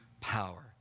power